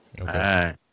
Okay